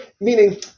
meaning